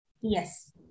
yes